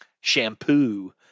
shampoo